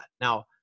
Now